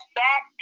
back